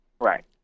Right